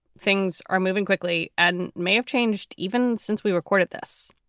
things are moving quickly and may have changed even since we recorded this.